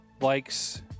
likes